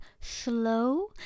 slow